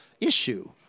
issue